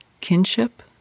kinship